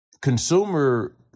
consumer